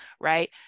right